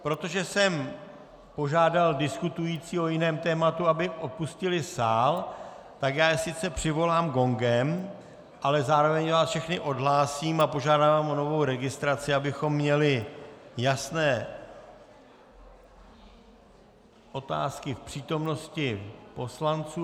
Protože jsem požádal diskutující o jiném tématu, aby opustili sál, tak já je sice přivolám gongem, ale zároveň vás všechny odhlásím a požádám vás o novou registraci, abychom měli jasné otázky v přítomnosti poslanců.